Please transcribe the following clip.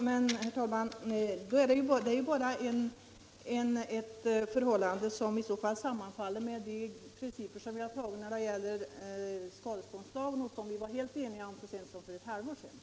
Herr talman! Vad jag sade om de preventiva effekterna sammanfaller med de principer som vi har tagit när det gäller skadeståndslagen och som vi var eniga om så sent som för ett halvår sedan.